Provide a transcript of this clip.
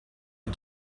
had